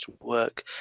work